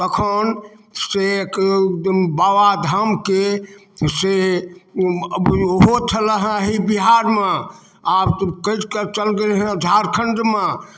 तखनसँ बाबाधामके से ओहो छलय हेँ एहि बिहारमे आब कटि कऽ चलि गेल हेँ झारखंडमे